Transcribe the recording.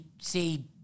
see